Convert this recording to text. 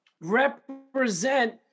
represent